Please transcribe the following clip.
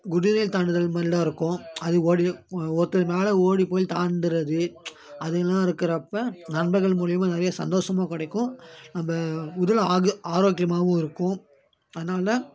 குதிரை தாண்டுதல் மாதிரிலாம் இருக்கும் அது ஓடி ஒருத்தர் மேலே ஓடி போய் தாண்டுறது அதெல்லாம் இருக்கறப்போ நண்பர்கள் மூலியமாக நிறைய சந்தோஷமும் கிடைக்கும் நம்ப உடல் ஆக ஆரோக்கியமாகவும் இருக்கும் அதனாலதான்